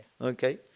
Okay